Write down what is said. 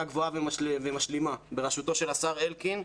גבוהה ומשלימה בראשותו של השר אלקין,